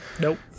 nope